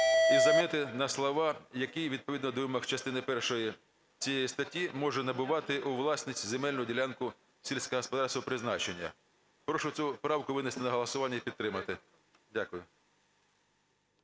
і замінити на слова "який відповідно до вимог частини першої цієї статті може набувати у власність земельну ділянку сільськогосподарського призначення". Прошу цю правку винести на голосування і підтримати. Дякую.